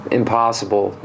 impossible